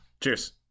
Cheers